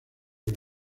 los